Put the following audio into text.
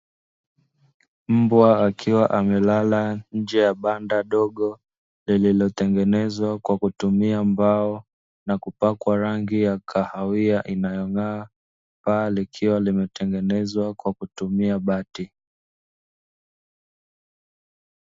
Mbwa akiwa amelala nje ya banda dogo lililotengenezwa kwa kutumia mbao na kupakwa rangi ya kahawia inayong'aa, paa likiwa limetengenezwa kwa kutumia bati.